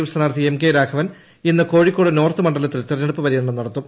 F സ്ഥാനാർഥി M K Raghavan ഇന്ന് Kozhikode north മണ്ഡലത്തിൽ തെരഞ്ഞെടുപ്പ് പര്യടനം നടത്തും